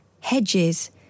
hedges